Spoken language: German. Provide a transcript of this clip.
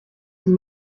zum